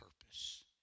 purpose